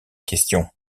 question